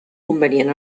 convenient